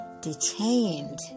detained